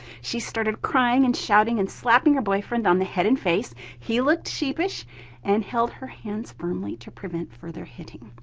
she started crying and shouting and slapping her boyfriend on the head and face. he looked sheepish and held her hands firmly to prevent further hitting.